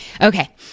okay